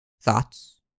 Thoughts